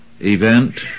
event